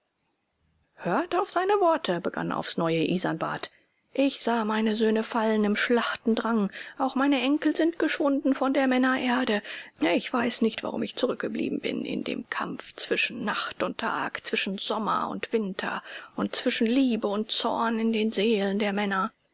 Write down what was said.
hört auf sein wort begann aufs neue isanbart ich sah meine söhne fallen im schlachtendrang auch meine enkel sind geschwunden von der männererde ich weiß nicht warum ich zurückgeblieben bin in dem kampf zwischen nacht und tag zwischen sommer und winter und zwischen liebe und zorn in den seelen der männer